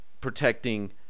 protecting